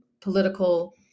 political